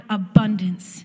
abundance